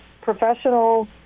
professional